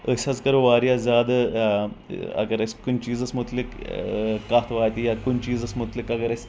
أسۍ حظ کرو واریاہ زیادٕ اگر أسۍ کُنہِ چیٖزس مُتعلق کتھ واتہِ یا کُنہِ چیٖزس مُتعلق اگر أسۍ